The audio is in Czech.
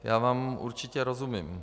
Já vám určitě rozumím.